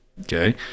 Okay